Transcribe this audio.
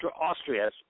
Austria